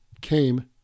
came